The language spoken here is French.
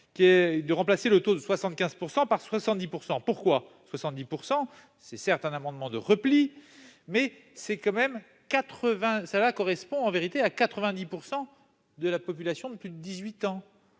de remplacer le taux de 75 % par 70 %. Pourquoi 70 %? Il s'agit, certes, d'un amendement de repli, mais ce chiffre correspond en réalité à 90 % de la population de plus de 18 ans.